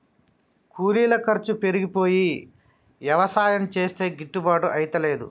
కూలీల ఖర్చు పెరిగిపోయి యవసాయం చేస్తే గిట్టుబాటు అయితలేదు